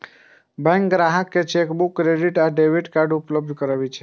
bank ग्राहक कें chequebook, credit आ डेबिट कार्ड उपलब्ध करबै छै